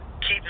keep